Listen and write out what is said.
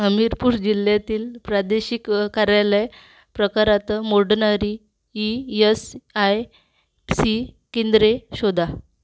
हमीरपूर जिल्ह्यातील प्रादेशिक कार्यालय प्रकारात मोडणारी ई एस आय सी केंद्रे शोधा